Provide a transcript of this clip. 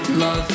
love